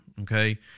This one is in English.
okay